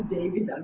David